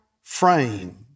frame